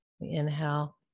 Inhale